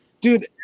Dude